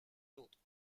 autres